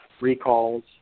recalls